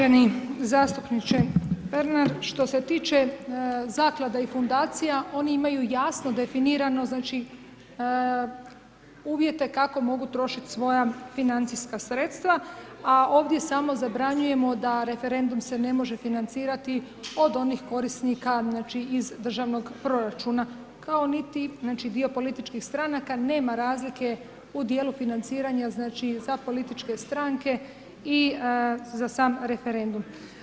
Uvaženi zastupniče Pernar, što se tiče zaklada i fundacija oni imaju jasno definirano znači uvjete kako mogu trošiti svoja financijska sredstva a ovdje samo zabranjujemo da referendum se ne može financirati od onih korisnika znači iz državnog proračuna kao niti znači dio političkih stranaka nema razlike u dijelu financiranja znači za političke stranke i za sam referendum.